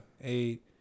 Eight